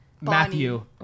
Matthew